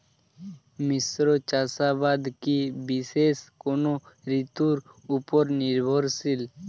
মিশ্র চাষাবাদ কি বিশেষ কোনো ঋতুর ওপর নির্ভরশীল?